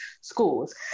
schools